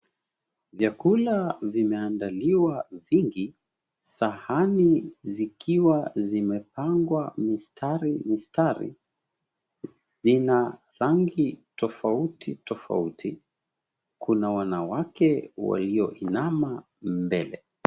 Vyakula vimeandaliwa vingi. Sahani zikiwa zimepangwa mistari mistari. Zina rangi tofauti tofauti. Kuna wanawake walioinama mbele.